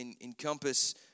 encompass